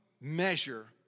measure